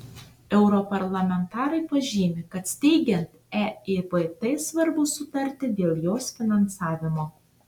europarlamentarai pažymi kad steigiant eivt svarbu sutarti dėl jos finansavimo